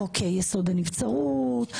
חוק יסוד: הנבצרות,